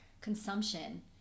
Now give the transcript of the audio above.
consumption